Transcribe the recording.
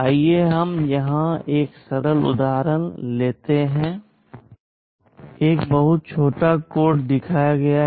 आइए हम यहां एक सरल उदाहरण लेते हैं एक बहुत छोटा कोड दिखाया गया है